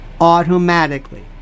automatically